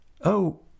Oh